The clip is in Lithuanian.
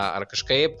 ar kažkaip